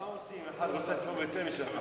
מה עושים אם אחד רוצה לתרום יותר מ-7.5